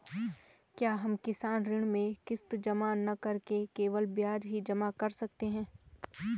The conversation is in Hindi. क्या हम किसान ऋण में किश्त जमा न करके केवल ब्याज ही जमा कर सकते हैं?